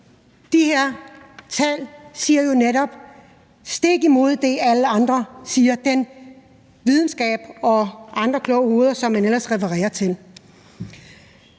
de her tal siger jo netop det stik modsatte af det, alle mulige andre siger, altså videnskaben og andre kloge hoveder, som man ellers refererer til.